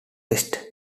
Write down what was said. west